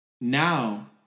Now